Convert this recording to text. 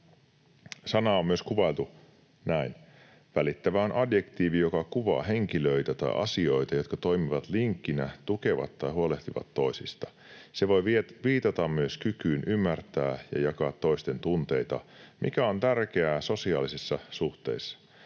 Sanaa on myös kuvailtu näin: ”Välittävä on adjektiivi, joka kuvaa henkilöitä tai asioita, jotka toimivat linkkinä, tukevat tai huolehtivat toisista. Se voi viitata myös kykyyn ymmärtää ja jakaa toisten tunteita, mikä on tärkeää sosiaalisissa suhteissa.